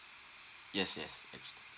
yes yes